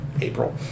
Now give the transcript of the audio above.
April